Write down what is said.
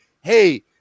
Hey